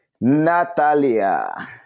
Natalia